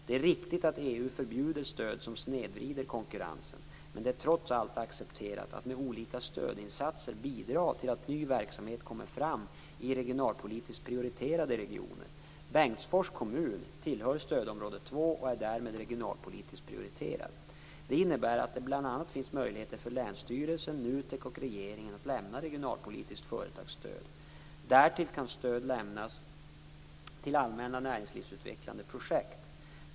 Det är riktigt att EU förbjuder stöd som snedvrider konkurrensen, men det är trots allt accepterat att med olika stödinsatser bidra till att ny verksamhet kommer fram i regionalpolitiskt prioriterade regioner. Bengtsfors kommun tillhör stödområde 2 och är därmed regionalpolitiskt prioriterad. Det innebär att det bl.a. finns möjlighet för länsstyrelsen, NUTEK och regeringen att lämna regionalpolitiskt företagsstöd. Därtill kan stöd lämnas till allmänna näringslivsutvecklande projekt.